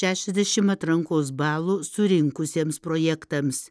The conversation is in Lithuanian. šešiasdešim atrankos balų surinkusiems projektams